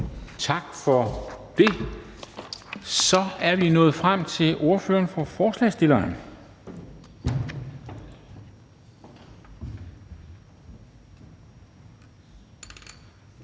Tak for det. Så er vi nået frem til ordføreren for forslagsstillerne.